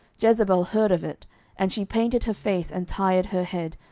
jezebel heard of it and she painted her face, and tired her head,